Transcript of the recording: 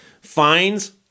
Fines